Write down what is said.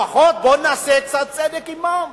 לפחות בוא נעשה קצת צדק עמם,